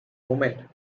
moment